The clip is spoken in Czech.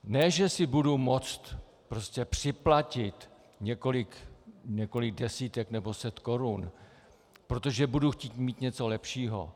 Ne že si budu moct prostě připlatit několik desítek nebo set korun, protože budu chtít mít něco lepšího.